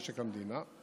משק המדינה,